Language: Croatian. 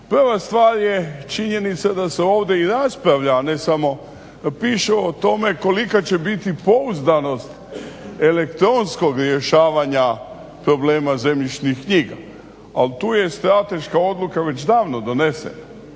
Prva stvar je činjenica da se ovdje i raspravlja, a ne samo piše o tome kolika će biti pouzdanost elektronskog rješavanja problema zemljišnih knjiga, ali tu je strateška odluka već davno donesena.